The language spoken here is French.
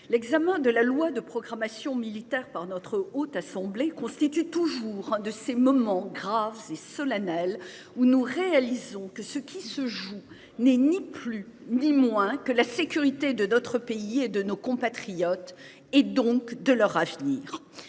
L'examen de la loi de programmation militaire par notre haute assemblée constitue toujours un de ces moments graves ces solennel où nous réalisons que ce qui se joue n'est ni plus ni moins que la sécurité de notre pays et de nos compatriotes et donc de leur avenir.